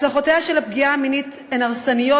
השלכותיה של הפגיעה המינית הן הרסניות